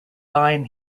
line